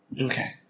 Okay